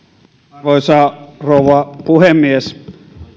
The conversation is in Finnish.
arvoisa rouva puhemies